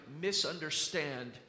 misunderstand